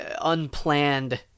unplanned